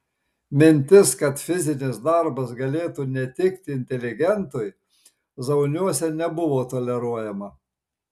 mintis kad fizinis darbas galėtų netikti inteligentui zauniuose nebuvo toleruojama